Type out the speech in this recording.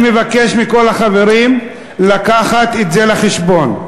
אני מבקש מכל החברים לקחת את זה בחשבון.